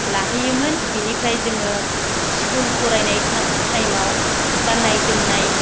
लाहोयोमोन बिनिफ्राय जोङो स्कुल फरायनाय टाइमाव गाननाय जोमनाय